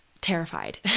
terrified